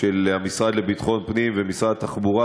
של המשרד לביטחון פנים ומשרד התחבורה,